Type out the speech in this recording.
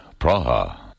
Praha